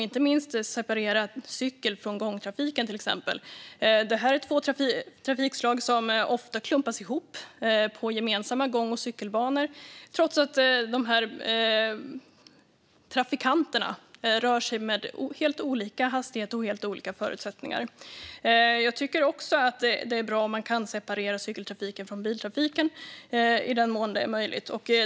Inte minst är det viktigt att till exempel separera cykeltrafiken från gångtrafiken. Det är två trafikslag som ofta klumpas ihop på gemensamma gång och cykelbanor, trots att trafikanterna rör sig med helt olika hastigheter och förutsättningar. Jag tycker också att det är bra om man kan separera cykeltrafiken från biltrafiken i den mån det är möjligt.